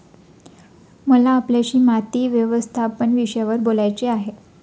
मला आपल्याशी माती व्यवस्थापन विषयावर बोलायचे आहे